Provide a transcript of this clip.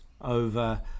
over